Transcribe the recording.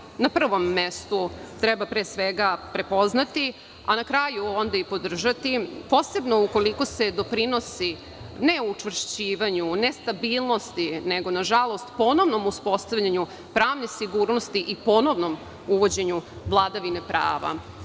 Pre svega, na prvom mestu treba prepoznati a na kraju onda i podržati, posebno ukoliko se doprinosi neučvršćivanju, nestabilnosti nego, nažalost, ponovnom uspostavljanju pravne sigurnosti i ponovnom uvođenju vladavine prava.